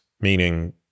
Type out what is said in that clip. meaning